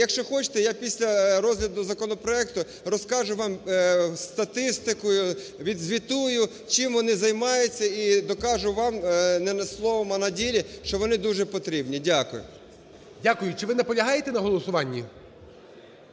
якщо хочете, я після розгляду законопроекту розкажу вам статистику, відзвітую, чим вони займаються і докажу вам не словом, а на ділі, що вони дуже потрібні. Дякую. ГОЛОВУЮЧИЙ. Дякую. Чи ви наполягаєте на голосуванні?